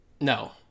No